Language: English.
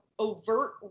overt